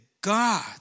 God